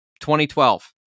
2012